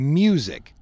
music